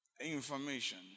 Information